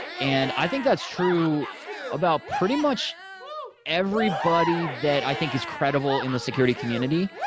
and i think that's true about pretty much everybody that i think is credible in the security community.